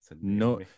No